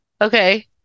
Okay